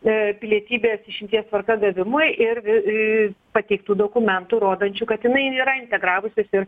e pilietybės išimties tvarka gavimui ir vi į pateiktų dokumentų rodančių kad jinai nėra integravusis ir